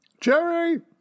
Jerry